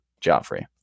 Joffrey